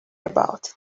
about